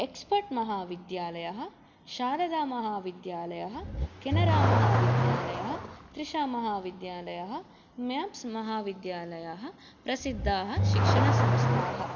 expert महाविद्यालयः शारदा महाविद्यालयः केनरा महाविद्यालयः तृषा महाविद्यालयः मेप्स् महाविद्यालयः प्रसिद्धाः शिक्षणसंस्थाः